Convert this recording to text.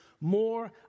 more